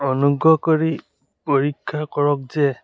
অনুগ্ৰহ কৰি পৰীক্ষা কৰক যে